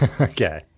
Okay